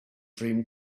dream